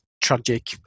tragic